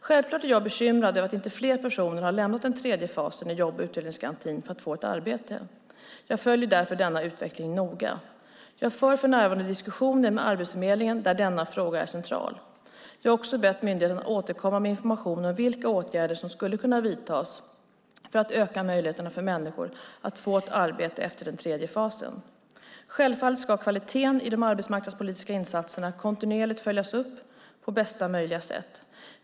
Självklart är jag bekymrad över att inte fler personer har lämnat den tredje fasen i jobb och utvecklingsgarantin för att få ett arbete. Jag följer därför denna utveckling noga. Jag för för närvarande diskussioner med Arbetsförmedlingen där denna fråga är central. Jag har också bett myndigheten att återkomma med information om vilka åtgärder som skulle kunna vidtas för att öka möjligheterna för människor att få ett arbete efter den tredje fasen. Självfallet ska kvaliteten i de arbetsmarknadspolitiska insatserna kontinuerligt följas upp på bästa möjliga sätt.